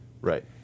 Right